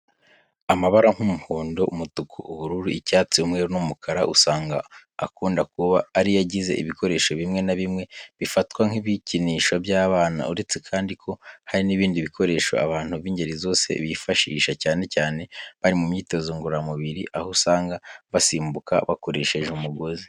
Amabara nk'umuhondo, umutuku, ubururu, icyatsi, umweru n'umukara, usanga akunda kuba ari yo agize ibikoresho bimwe na bimwe bifatwa nk'ibikinisho by'abana. Uretse kandi ko hari n'ibindi bikoresho abantu b'ingeri zose bifashisha ,cyane cyane bari mu myitozo ngororamubiri, aho usanga basimbuka bakoresheje umugozi.